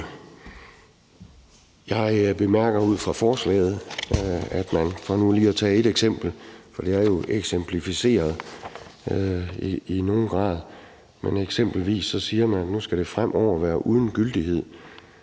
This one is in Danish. Jeg bemærker i forslaget, at man eksempelvis – for nu lige at tage et eksempel, for det er jo eksemplificeret i nogen grad – siger, at nu skal det fremover være uden gyldighed